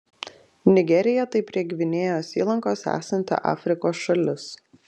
nigerija tai prie gvinėjos įlankos esanti afrikos šalis